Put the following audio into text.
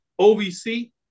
OVC